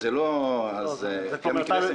ב"הולד".